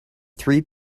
three